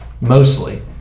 Mostly